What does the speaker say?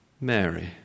Mary